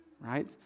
right